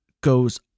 goes